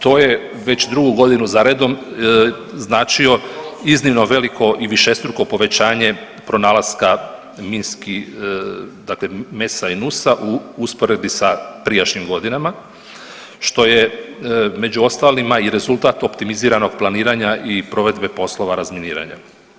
To je već drugu godinu za redom značio iznimno veliko i višestruko povećanje pronalaska minski dakle MES-a i NUS-a u usporedbi sa prijašnjim godinama, što je među ostalima i rezultat optimiziranog planiranja i provedbe poslova razminiranja.